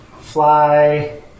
fly